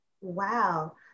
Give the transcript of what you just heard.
Wow